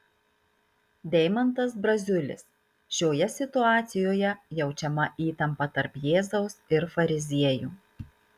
deimantas braziulis šioje situacijoje jaučiama įtampa tarp jėzaus ir fariziejų